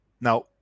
Now